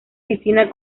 piscina